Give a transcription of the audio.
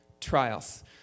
trials